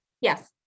Yes